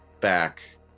back